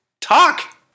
talk